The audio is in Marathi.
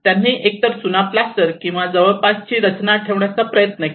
त्यांनी हे एकतर चुना प्लास्टर किंवा जवळपासची रचना ठेवण्याचा प्रयत्न केला